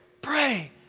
Pray